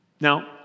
Now